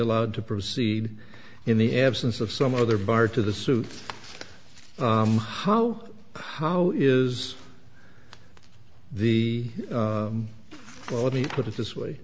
allowed to proceed in the absence of some other bar to the suit how how is the let me put it this way